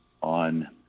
on